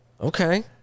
okay